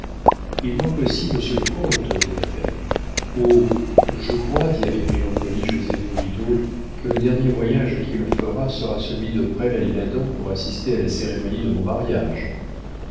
il manque aussi monsieur le comte dit reybert oh je crois dit avec mélancolie joseph bridau que le dernier voyage qu'il fera sera celui de presles à l'isle-adam pour assister à la cérémonie de mon mariage